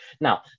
Now